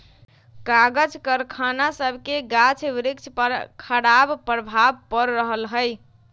कागज करखना सभसे गाछ वृक्ष पर खराप प्रभाव पड़ रहल हइ